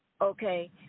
Okay